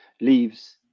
leaves